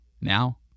Now